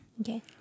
Okay